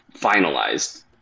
finalized